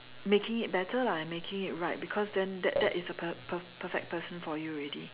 making it better lah and making it right because then that that is the per~ per~ perfect person for you already